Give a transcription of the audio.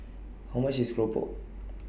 How much IS Keropok